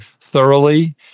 thoroughly